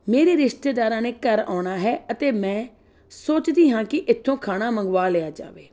ਮੇਰੇ ਰਿਸ਼ਤੇਦਾਰਾਂ ਨੇ ਘਰ ਆਉਣਾ ਹੈ ਅਤੇ ਮੈਂ ਸੋਚਦੀ ਹਾਂ ਕਿ ਇੱਥੋਂ ਖਾਣਾ ਮੰਗਵਾ ਲਿਆ ਜਾਵੇ